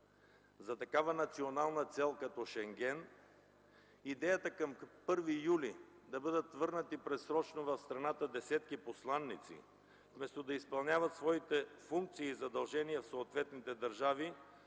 за такава национална цел като Шенген, идеята към 1 юли т.г. да бъдат върнати предсрочно в страната десетки посланици, вместо да изпълняват своите функции и задължения в съответните държави,